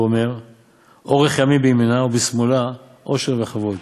ואומר 'ארך ימים בימינה, בשמאולה עשר וכבוד',